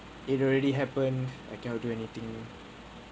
it already happened I cannot do anything